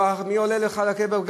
מי עולה בכלל לקבר?